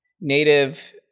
native